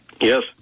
Yes